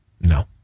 no